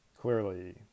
clearly